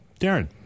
Darren